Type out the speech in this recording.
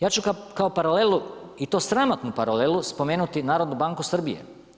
Ja ću kao paralelu i to sramotnu paralelu spomenuti Narodnu banku Srbije.